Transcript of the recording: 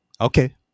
Okay